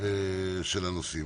של הנושאים.